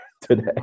today